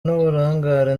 n’uburangare